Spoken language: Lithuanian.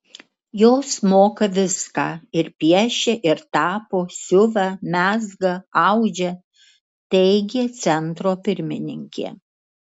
jos moka viską ir piešia ir tapo siuva mezga audžia teigė centro pirmininkė